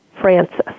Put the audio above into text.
Francis